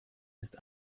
ist